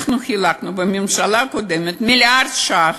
אנחנו חילקנו בממשלה הקודמת מיליארד ש"ח,